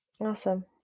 Awesome